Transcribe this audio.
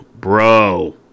bro